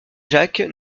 jacques